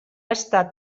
estat